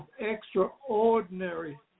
extraordinary